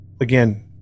Again